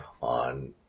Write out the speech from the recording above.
on